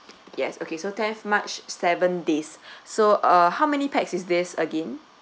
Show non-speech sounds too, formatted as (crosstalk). yes okay so tenth march seven days (breath) so uh how many pax is this again